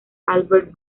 albert